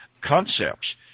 concepts